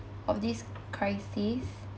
of this crisis